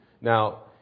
Now